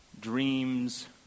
dreams